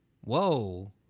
Whoa